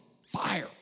fire